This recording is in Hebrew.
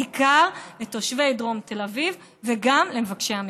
בעיקר לתושבי דרום תל אביב, וגם למבקשי המקלט.